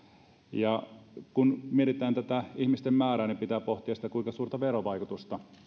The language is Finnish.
ja kun mietitään tätä ihmisten määrää niin pitää pohtia kuinka suurta verovaikutusta